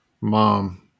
mom